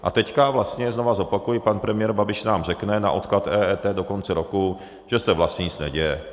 A teď vlastně znova zopakuji, pan premiér Babiš nám řekne na odklad EET do konce roku, že se vlastně nic neděje.